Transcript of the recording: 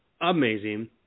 Amazing